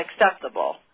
acceptable